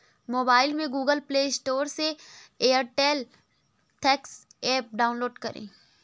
mobile में Google play store से Airtel thanks app download करें